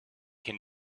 can